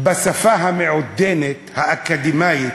בשפה המעודנת, האקדמית,